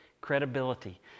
credibility